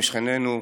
עם שכנינו,